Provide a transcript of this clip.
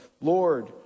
Lord